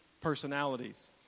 personalities